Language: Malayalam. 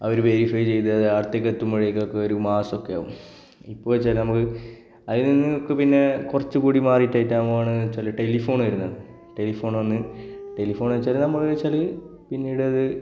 അവർ വെരിഫൈ ചെയ്ത് അത് അവിടുത്തേക്ക് എത്തുമ്പോഴേക്കൊക്കെ ഒരു മാസമൊക്കെ ആകും ഇപ്പോൾ വെച്ചാൽ നമുക്ക് അതില് നിന്നു ഇപ്പം പിന്നെ കുറച്ചും കൂടി മാറിയിട്ടായിട്ടാണ് ഫോൺ വെച്ചാൽ ടെലിഫോൺ വരുന്നത് ടെലിഫോണ് വന്ന് ടെലിഫോണെന്നു വെച്ചാൽ നമ്മളോടു ചോദിച്ചാൽ പിന്നീടത്